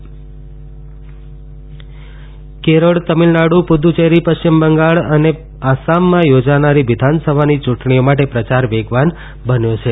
વિધાનસભા ચૂંટણી કેરળ તામિલનાડુ પુદુચેરી પશ્ચિમ બંગાળ અને આસામમાં યોજનારી વિધાનસભાની ચૂંટણી માટે પ્રચાર વેગવાન બન્યો છે